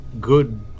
good